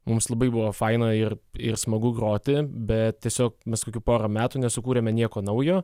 mums labai buvo faina ir ir smagu groti bet tiesiog mes kokių porą metų nesukūrėme nieko naujo